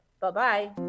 Bye-bye